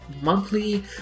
monthly